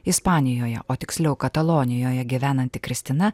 ispanijoje o tiksliau katalonijoje gyvenanti kristina